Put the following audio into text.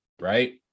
right